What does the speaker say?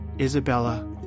Isabella